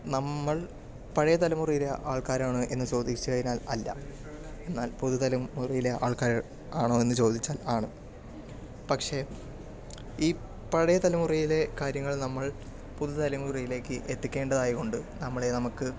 നമ്മൾ പഴയ തലമുറയിലെ ആൾക്കാരാണോ എന്ന് ചോദിച്ചു കഴിഞ്ഞാൽ അല്ല എന്നാൽ പുതു തലമുറയിലെ ആൾക്കാർ ആണോ എന്ന് ചോദിച്ചാൽ ആണ് പക്ഷേ ഈ പഴയ തലമുറയിലെ കാര്യങ്ങൾ നമ്മൾ പുതുതലമുറയിലേക്ക് എത്തിക്കേണ്ടതായി ഉണ്ട് നമ്മളെ നമുക്ക്